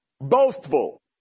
boastful